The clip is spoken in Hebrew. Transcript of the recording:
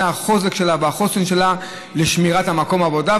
החוזק שלה והחוסן שלה לשמירת מקום העבודה.